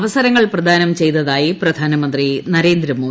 അവസരങ്ങൾ പ്രദാനം ചെയ്തതായി പ്രധാനമന്ത്രി നരേന്ദ്ര മോദി